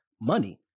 money